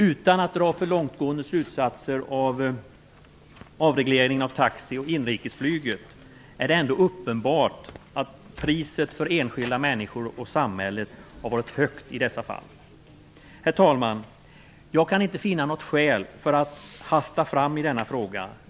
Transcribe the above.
Utan att dra alltför långtgående slutsatser av avregleringen av taxi och inrikesflyget är det ändå uppenbart att priset för enskilda människor och för samhället har varit högt i dessa fall. Herr talman! Jag kan inte finna något skäl till att hasta fram i denna fråga.